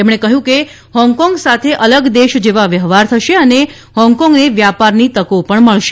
તેમણે કહ્યું કે હોંગકોંગ સાથે અલગ દેશ જેવા વ્યવહાર થશે અને હોંકકોંગનેવ્યાપરની તકો પણ મળશે